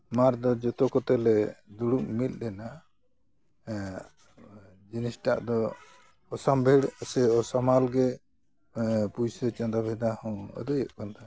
ᱱᱚᱣᱟ ᱨᱮᱫᱚ ᱡᱚᱛᱚ ᱠᱚᱛᱮᱞᱮ ᱫᱩᱲᱩᱵ ᱢᱩᱫ ᱞᱮᱱᱟ ᱡᱤᱱᱤᱥᱴᱟᱜ ᱫᱚ ᱚᱥᱟᱢᱵᱷᱮᱹᱲ ᱥᱮ ᱚᱥᱟᱢᱟᱞ ᱜᱮ ᱯᱩᱭᱥᱟᱹ ᱪᱟᱸᱫᱟ ᱵᱷᱮᱫᱟ ᱦᱚᱸ ᱟᱹᱫᱟᱹᱭᱚᱜ ᱠᱟᱱ ᱛᱟᱦᱮᱸᱫᱼᱟ